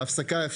בהפסקה,